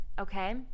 okay